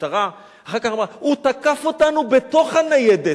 המשטרה אחר כך אמרה: הוא תקף אותנו בתוך הניידת.